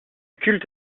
culte